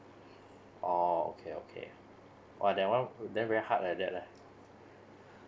oh okay okay !wah! that one then very hard like that lah